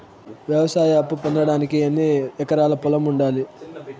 వ్యవసాయ అప్పు పొందడానికి ఎన్ని ఎకరాల పొలం ఉండాలి?